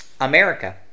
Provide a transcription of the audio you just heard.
America